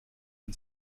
ein